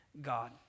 God